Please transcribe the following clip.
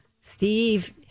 Steve